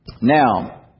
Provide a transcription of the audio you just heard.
Now